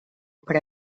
per